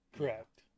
Correct